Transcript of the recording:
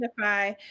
identify